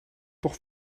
toch